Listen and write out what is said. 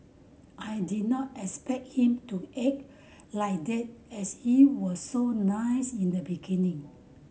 I did not expect him to act like that as he was so nice in the beginning